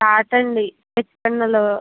chart అండి sketch పెన్నులు